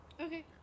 Okay